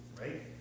right